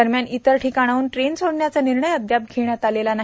दरम्यान इतर ठिकाणाह्न ट्रेन सोडण्याचा निर्णय अद्याप घेण्यात आलेला नाही